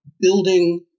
building